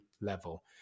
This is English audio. level